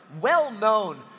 well-known